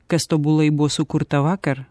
kas tobulai buvo sukurta vakar